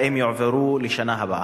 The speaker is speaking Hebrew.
האם הם יועברו לשנה הבאה?